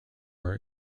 were